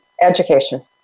Education